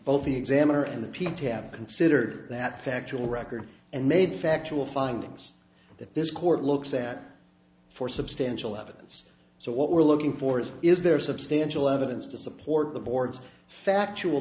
the examiner and the p t have considered that factual record and made factual findings that this court looks at for substantial evidence so what we're looking for is is there substantial evidence to support the board's factual